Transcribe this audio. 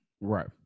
Right